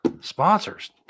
Sponsors